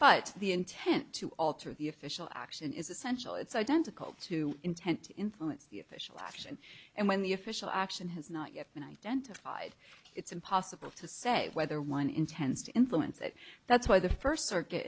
but the intent to alter the official action is essential it's identical to intent to influence the official action and when the official action has not yet been identified it's impossible to say whether one intends to influence it that's why the first circuit